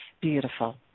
Beautiful